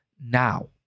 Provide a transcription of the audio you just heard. now